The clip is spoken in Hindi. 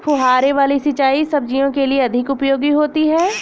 फुहारे वाली सिंचाई सब्जियों के लिए अधिक उपयोगी होती है?